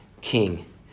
king